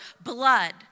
blood